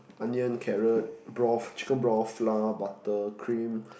onion carrot broth chicken broth flour butter cream